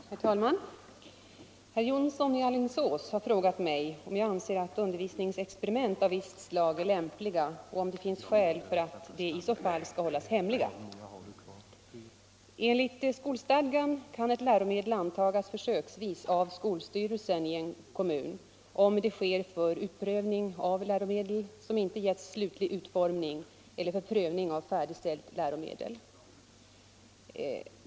Herr talman! Herr Jonsson i Alingsås har frågat mig om jag anser att undervisningsexperiment av visst slag är lämpliga och om det finns skäl för att de i så fall skall hållas hemliga. Enligt skolstadgan kan ett läromedel antagas försöksvis av skolstyrelsen i kommunen om det sker för utprövning av läromedel som inte har getts slutlig utformning eller för prövning av färdigställt läromedel.